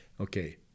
okay